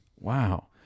Wow